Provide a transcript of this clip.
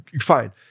fine